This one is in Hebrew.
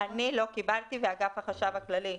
אני לא קיבלתי ואגף החשב הכללי,